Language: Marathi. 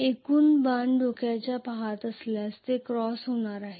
येथून बाण डोक्याकडे पहात असल्यास ते क्रॉस होणार आहे